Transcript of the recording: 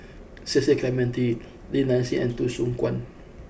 Cecil Clementi Li Nanxing and Tan Soo Khoon